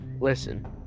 listen